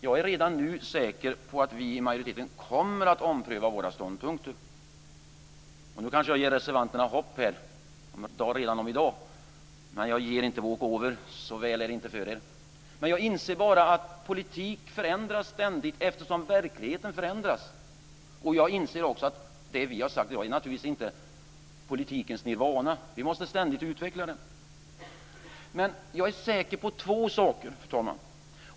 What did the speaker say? Jag är redan nu säker på att vi i majoriteten kommer att ompröva våra ståndpunkter. Nu kanske jag ger reservanterna hopp här i dag. Men jag ger inte walk over. Så väl går det inte för er. Jag inser att politik ständigt förändras eftersom verkligheten förändras. Vi befinner oss naturligtvis inte i politikens nirvana. Vi måste ständigt utveckla politiken. Men, fru talman, jag är säker på två saker.